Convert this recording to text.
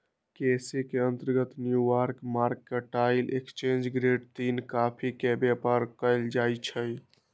केसी के अंतर्गत New York mercantile exchange grade तीन कॉफी के व्यापार कएल जाइ छइ